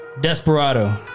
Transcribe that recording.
Desperado